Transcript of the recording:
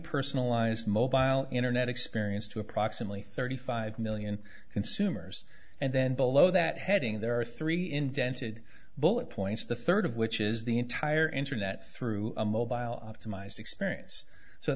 personalized mobile internet experience to approximately thirty five million consumers and then below that heading there are three indented bullet points the third of which is the entire internet through immobile optimized experience so